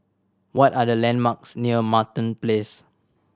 what are the landmarks near Martin Place